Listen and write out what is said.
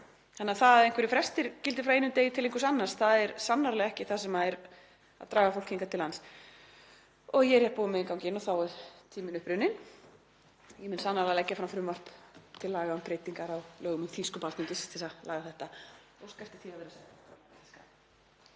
Þannig að það að einhverjir frestir gildi frá einum degi til einhvers annars er sannarlega ekki það sem er að draga fólk hingað til lands. — Ég er rétt búin með innganginn og þá er tíminn uppurinn. Ég mun sannarlega leggja fram frumvarp til laga um breytingu á lögum um þingsköp Alþingis til að laga þetta.